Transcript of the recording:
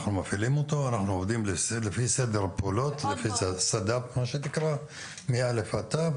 אנחנו עובדים לפי סדר פעולות מא' ועד ת'